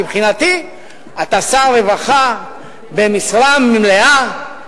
מבחינתי אתה שר רווחה במשרה מלאה,